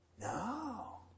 No